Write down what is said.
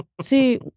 See